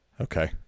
Okay